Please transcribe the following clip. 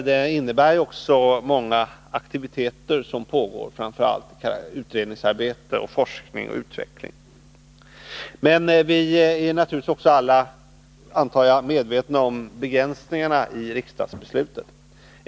Den innebär också att många aktiviteter pågår på detta område, framför allt i form av utredningsarbete när det gäller forskning och utveckling. Men vi torde alla vara medvetna om begränsningarna i riksdagsbeslutet.